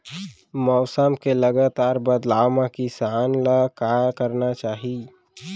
मौसम के लगातार बदलाव मा किसान ला का करना चाही?